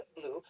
blue